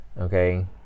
Okay